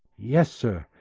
yes, sir.